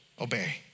obey